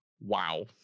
wow